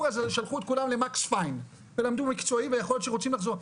אז שלחו את כולם למקס פיין ולמדו מקצועי ויכול להיות שרוצים לחזור,